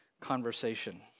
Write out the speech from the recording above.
conversation